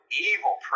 evil